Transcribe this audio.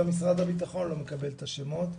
גם משרד הבטחון לא מקבל את השמות,